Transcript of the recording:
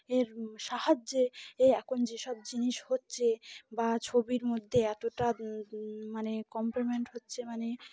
এর সাহায্যে এ এখন যেসব জিনিস হচ্ছে বা ছবির মধ্যে এতটা মানে কমপ্লিমেন্ট হচ্ছে মানে